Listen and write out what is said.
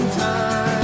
time